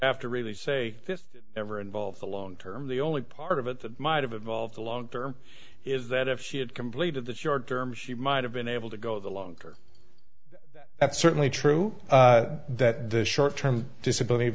after really say this never involved a long term the only part of it that might have involved a longer is that if she had completed the short term she might have been able to go the longer that's certainly true that the short term disability